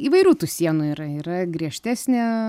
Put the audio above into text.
įvairių tų sienų yra yra griežtesnė